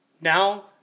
Now